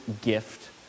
gift